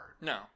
No